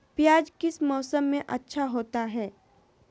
प्याज किस मौसम में अच्छा होता है?